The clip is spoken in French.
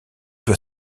doit